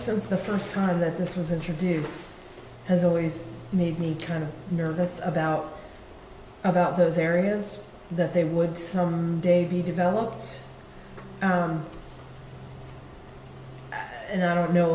since the first time that this was introduced has always made me kind of nervous about about those areas that they would some day be developed and i don't know